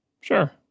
Sure